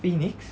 phoenix